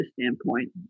standpoint